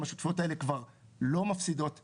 השותפויות כבר לא מפסידות היום,